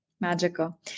Magical